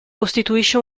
costituisce